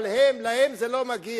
אבל הם, להם זה לא מגיע.